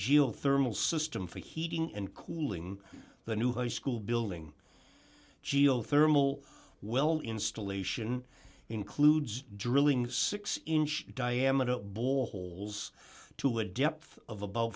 geothermal system for heating and cooling the new high school building geothermal well installation includes drilling six inch diameter bore holes to a depth of about